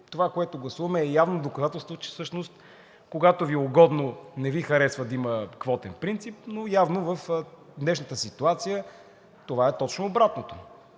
това, което гласуваме, е явно доказателство, че всъщност, когато Ви е угодно – не Ви харесва да има квотен принцип, но явно в днешната ситуация това е точно обратното.